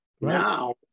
Now